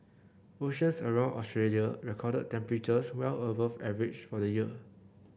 oceans around Australia recorded temperatures well above average for the year